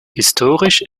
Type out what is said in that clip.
historisch